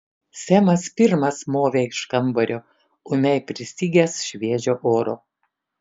semas pirmas movė iš kambario ūmiai pristigęs šviežio oro